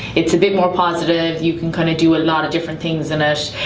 it's a bit more positive, you can kind of do a lot of different things in it.